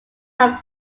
have